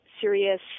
serious